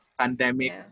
pandemic